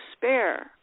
despair